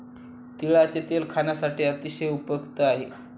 तिळाचे तेल खाण्यासाठी अतिशय उपयुक्त आहे